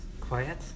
quiet